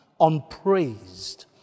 unpraised